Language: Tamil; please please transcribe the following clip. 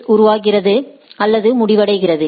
ஸில் உருவாகிறது அல்லது முடிவடைகிறது